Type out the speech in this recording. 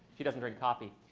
she doesn't drink coffee.